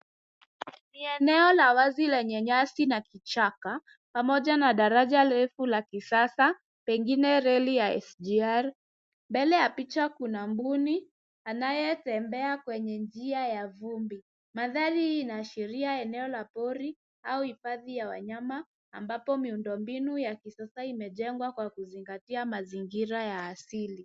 Ni eneo la wazi lenye nyasi na vichaka pamoja na daraja refu la kisasa pengine reli ya SGR .Mbele ya picha kuna mbuni anayetembea kwenye njia ya vumbi. Mandhari hii inaashiria eneo la pori au hifadhi ya wanyama ambapo miundombinu ya kisasa imejengwa kwa kuzingatia mazingira ya asili.